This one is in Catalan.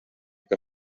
que